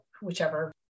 whichever